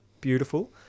beautiful